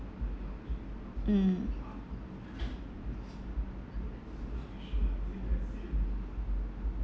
mm